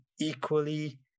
equally